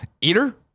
Eater